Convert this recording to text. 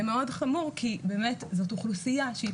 זה מאוד חמור כי באמת זאת אוכלוסייה שהיא